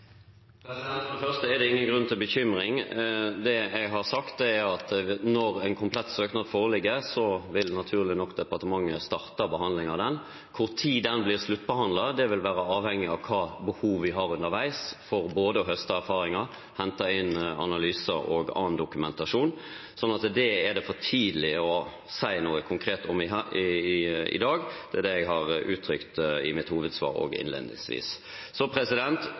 For det første er det ingen grunn til bekymring. Det jeg har sagt, er at når en konkret søknad foreligger, vil departementet naturlig nok starte behandlingen av den. Når den blir sluttbehandlet, vil være avhengig av hvilket behov vi har underveis for både å høste erfaringer og å hente inn analyser og annen dokumentasjon. Så det er det for tidlig å si noe konkret om i dag, og er det jeg har uttrykt i mitt hovedsvar, innledningsvis. Så